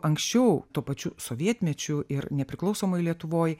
anksčiau tuo pačiu sovietmečiu ir nepriklausomoj lietuvoj